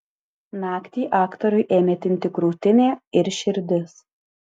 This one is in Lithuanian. naktį aktoriui ėmė tinti krūtinė ir širdis